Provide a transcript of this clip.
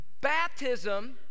Baptism